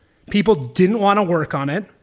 people didn't want to work on it,